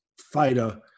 fighter